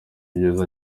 ibyiza